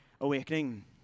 awakening